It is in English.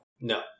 No